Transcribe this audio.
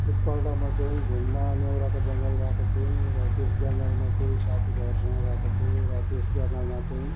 एकपल्ट म चाहिँ घुम्न नेउराको जङ्गल गएको थिएँ र त्यस जङ्गलमा चाहिँ साथीभाइहरूसँग गएको थिएँ र त्यस जङ्गलमा चाहिँ